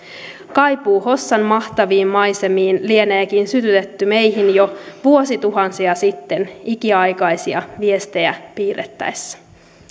kaipuu hossan mahtaviin maisemiin lieneekin sytytetty meihin jo vuosituhansia sitten ikiaikaisia viestejä piirrettäessä